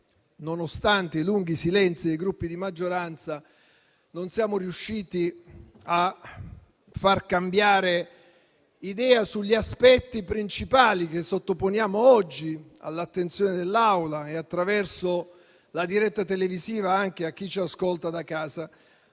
nonostante i lunghi silenzi dei Gruppi di maggioranza, non siamo riusciti a far cambiare idea sugli aspetti principali che sottoponiamo oggi all'attenzione dell'Assemblea e, attraverso la diretta televisiva, anche a chi ci ascolta da casa.